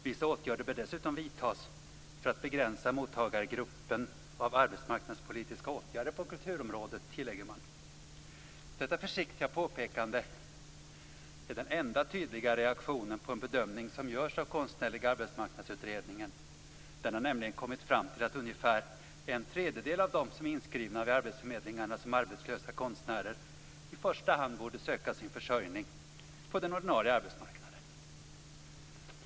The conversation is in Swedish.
Vissa åtgärder bör dessutom vidtas för att begränsa mottagargruppen av arbetsmarknadspolitiska åtgärder på kulturområdet, tillägger man. Detta försiktiga påpekande är den enda tydliga reaktionen på en bedömning som görs av Konstnärliga arbetsmarknadsutredningen, som har kommit fram till att ungefär en tredjedel av dem som är inskrivna vid arbetsförmedlingarna som arbetslösa konstnärer i första hand borde söka sin försörjning på den ordinarie arbetsmarknaden.